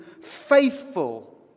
faithful